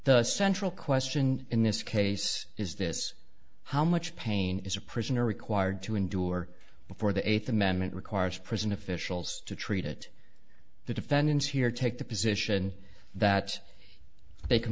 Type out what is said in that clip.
the central question in this case is this how much pain is a prisoner required to endure before the eighth amendment requires prison officials to treat it the defendants here take the position that they can